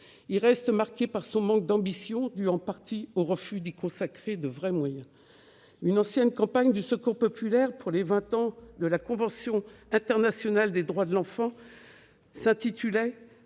il reste marqué par son manque d'ambition, qui est en partie dû au refus d'y consacrer de réels moyens. Une ancienne campagne du Secours populaire français pour les vingt ans de la Convention internationale des droits de l'enfant (CIDE) avait